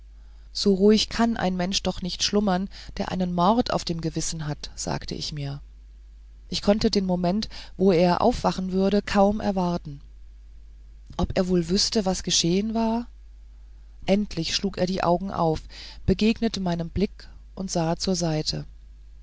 so ruhig kann ein mensch doch nicht schlummern der einen mord auf dem gewissen hat sagte ich mir ich konnte den moment wo er aufwachen würde kaum erwarten ob er wohl wüßte was geschehen war endlich schlug er die augen auf begegnete meinem blick und sah zur seite